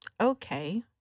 okay